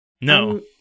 No